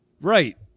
Right